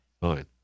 fine